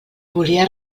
volia